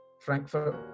Frankfurt